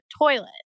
toilet